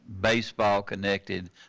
baseball-connected